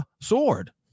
sword